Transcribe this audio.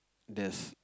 there's